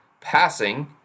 passing